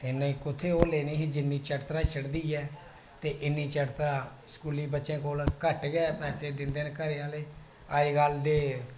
ते उनें कुत्थै होर जिन्नी चड़तल चढ़दी ऐ ते इन्नी चड़तल स्कूली बच्चें कोल घट्ट गै मेसज करदे घरा आह्ले अजकल ते